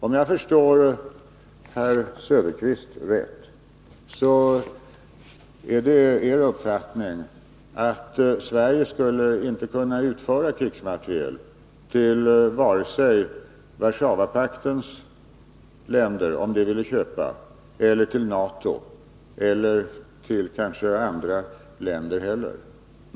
Om jag förstår herr Söderqvist rätt så är det hans uppfattning att Sverige inte skulle kunna utföra krigsmateriel till vare sig Warszawapaktens länder eller till NATO-länder eller till kanske andra länder om de ville köpa.